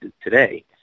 today